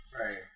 Right